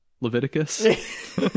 leviticus